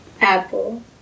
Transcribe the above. Apple